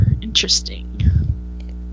interesting